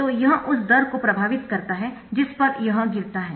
तो यह उस दर को प्रभावित करता है जिस पर यह गिरता है